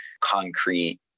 concrete